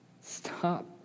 stop